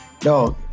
dog